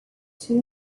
two